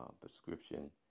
prescription